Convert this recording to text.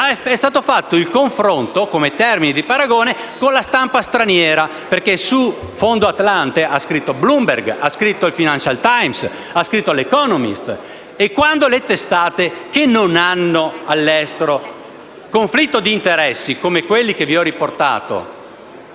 È stato fatto il confronto, come termine di paragone, con la stampa straniera - sul fondo Atlante hanno scritto «Bloomberg», il «Financial Times» e l'«Economist» - e quando le testate che non hanno all'estero conflitti di interessi come quelli che vi ho riportato